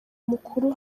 mukuru